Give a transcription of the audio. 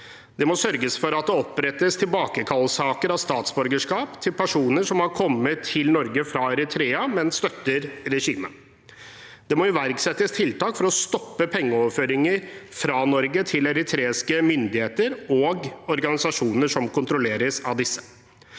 Vi må sørge for at det opprettes saker om tilbakekallelse av statsborgerskap til personer som har kommet til Norge fra Eritrea, og som støtter regimet. Det må iverksettes tiltak for å stoppe pengeoverføringer fra Norge til eritreiske myndigheter og organisasjoner som kontrolleres av disse.